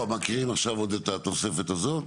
מקריאים עכשיו עוד את התוספת הזאת.